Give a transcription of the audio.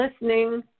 listening